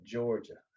Georgia